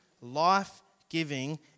life-giving